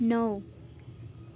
नौ